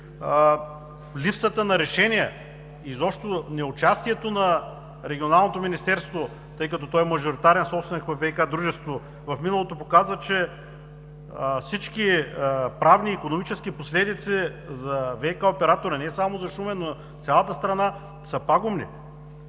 липсата на решения, изобщо неучастието на Регионалното министерство, тъй като то е мажоритарен собственик във ВиК дружество в миналото, показва, че всички правни и икономически последици за ВиК оператора, не само за Шумен, но и за цялата страна, са пагубни.